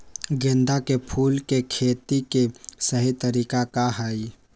गेंदा के फूल के खेती के सही तरीका का हाई?